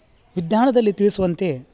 ವಿಜ್ಞಾನದಲ್ಲಿ ತಿಳಿಸುವಂತೆ